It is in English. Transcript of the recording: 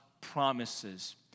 promises